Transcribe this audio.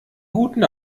guten